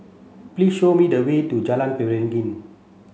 please show me the way to Jalan Beringin